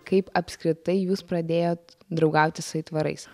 kaip apskritai jūs pradėjot draugauti su aitvarais